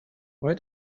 why